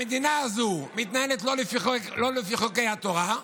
המדינה הזו מתנהלת לא לפי חוקי התורה,